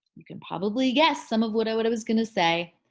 you can probably guess some of what i what i was gonna say.